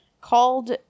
called